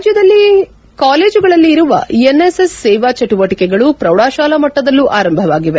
ರಾಜ್ಞದಲ್ಲಿ ಕಾಲೇಜುಗಳಲ್ಲಿ ಇರುವ ಎನ್ಎಸ್ಎಸ್ ಸೇವಾ ಚಟುವಟಿಕೆಗಳು ಪ್ರೌಢಶಾಲಾ ಮಟ್ಟದಲ್ಲೂ ಆರಂಭವಾಗಿವೆ